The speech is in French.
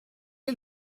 est